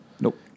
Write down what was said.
Nope